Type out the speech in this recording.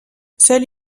seule